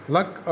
Luck